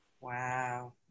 Wow